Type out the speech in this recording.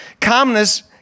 Calmness